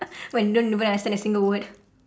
when don't even understand a single word